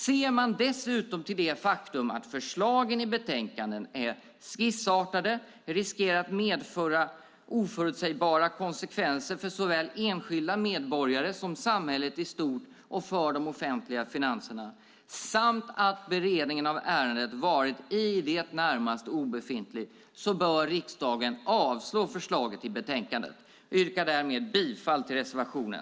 Ser man dessutom till det faktum att förslagen i betänkandet är skissartade och riskerar att medföra oförutsägbara konsekvenser för såväl enskilda medborgare som samhället i stort och för de offentliga finanserna samt att beredningen av ärendet varit i det närmaste obefintlig bör riksdagen avslå förslaget i betänkandet. Jag yrkar därmed bifall till reservationen.